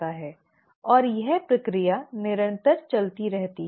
और यह प्रक्रिया निरंतर चलती रहती है